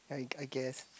I I guess